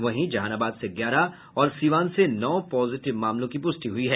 वहीं जहानाबाद से ग्यारह और सीवान से नौ पॉजिटिव मामलों की पुष्टि हुई है